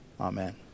Amen